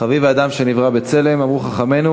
"חביב אדם שנברא בצלם", אמרו חכמינו